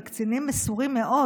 קצינים מסורים מאוד,